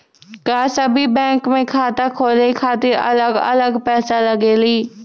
का सभी बैंक में खाता खोले खातीर अलग अलग पैसा लगेलि?